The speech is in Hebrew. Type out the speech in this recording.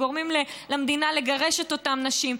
גורמים למדינה לגרש את אותן נשים,